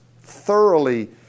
thoroughly